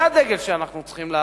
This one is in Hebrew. זה הדגל שאנחנו צריכים להרים.